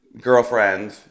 girlfriend